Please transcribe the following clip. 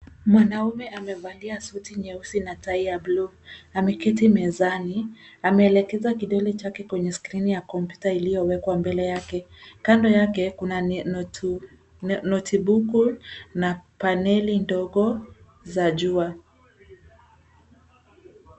Mwanaume amevalia suti nyeusi na tai ya bluu na ameketi mezani ame elekeza kidole chake kwenye skrini ya komputa iliyo wekwa mbele yake. Kando yake kuna Notebook na panel ndogo za jua.